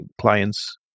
clients